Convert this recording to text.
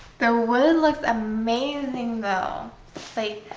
the wood looks amazing though you